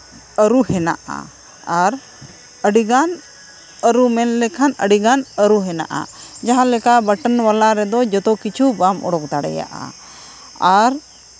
ᱟᱹᱨᱩ ᱦᱮᱱᱟᱜᱼᱟ ᱟᱨ ᱟᱹᱰᱤᱜᱟᱱ ᱟᱹᱨᱩ ᱢᱮᱱᱞᱮᱠᱷᱟᱱ ᱟᱹᱰᱤᱜᱟᱱ ᱟᱹᱨᱩ ᱦᱮᱱᱟᱜᱼᱟ ᱡᱟᱦᱟᱸᱞᱮᱠᱟ ᱵᱚᱴᱚᱱ ᱵᱟᱞᱟ ᱨᱮᱫᱚ ᱡᱚᱛᱚ ᱠᱤᱪᱷᱩ ᱵᱟᱢ ᱚᱰᱚᱠ ᱫᱟᱲᱮᱭᱟᱜᱼᱟ ᱟᱨ